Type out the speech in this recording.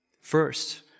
First